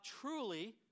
truly